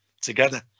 together